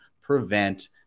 prevent